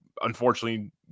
unfortunately